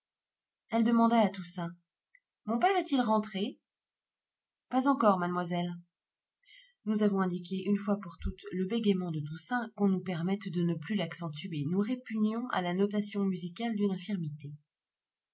elle demanda à toussaint mon père est-il rentré pas encore mademoiselle nous avons indiqué une fois pour toutes le bégayement de toussaint qu'on nous permette de ne plus l'accentuer nous répugnons à la notation musicale d'une infirmité